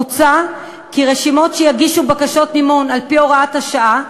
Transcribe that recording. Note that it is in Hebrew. מוצע כי רשימות שיגישו בקשות מימון על-פי הוראת השעה,